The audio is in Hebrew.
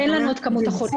אין לנו את כמות החולים.